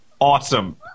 Awesome